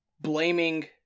blaming